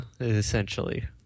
essentially